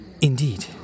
Indeed